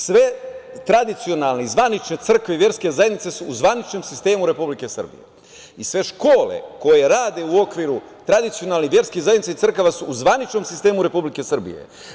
Sve tradicionalne i zvanične crkve i verske zajednice su u zvaničnom sistemu Republike Srbije i sve škole koje rade u okviru tradicionalnih verski zajednica i crkava su u zvaničnom sistemu Republike Srbije.